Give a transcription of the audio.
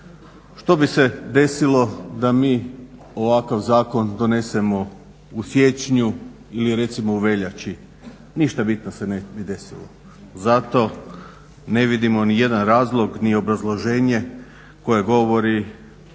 Što bi se desilo da mi ovakav zakon donesemo u siječnju ili recimo u veljači? Ništa bitno se ne bi desilo. Zato ne vidimo nijedan razlog ni obrazloženje koje govori